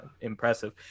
impressive